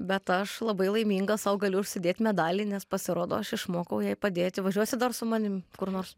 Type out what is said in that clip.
bet aš labai laiminga sau galiu užsidėt medalį nes pasirodo aš išmokau jai padėti važiuosi dar su manim kur nors